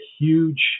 huge